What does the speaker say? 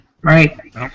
Right